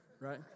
right